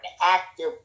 active